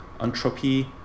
Entropy